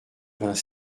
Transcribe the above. vingt